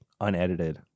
unedited